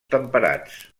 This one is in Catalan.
temperats